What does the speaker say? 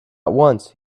once